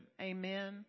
Amen